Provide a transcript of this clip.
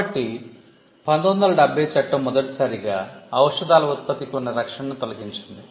కాబట్టి 1970 చట్టం మొదటిసారిగా ఔషదాల ఉత్పత్తికి ఉన్న రక్షణను తొలగించింది